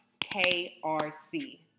KRC